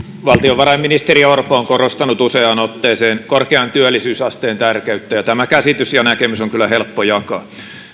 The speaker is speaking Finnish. valtiovarainministeri orpo on korostanut useaan otteeseen korkean työllisyysasteen tärkeyttä ja tämä käsitys ja näkemys on kyllä helppo jakaa